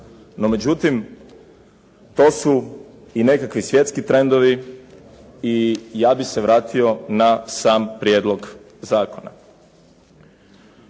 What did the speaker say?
međutim, to su i nekakvi svjetski trendovi i ja bih se vratio na sam prijedlog zakona.